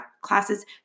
classes